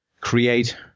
create